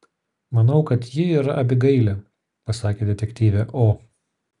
manau kad ji yra abigailė pasakė detektyvė o